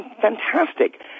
fantastic